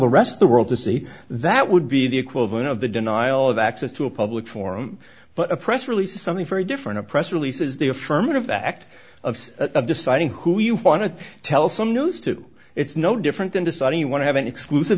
the rest of the world to see that would be the equivalent of the denial of access to a public forum but a press release is something very different a press release is the affirmative act of deciding who you want to tell some news to it's no different than deciding you want to have an exclusive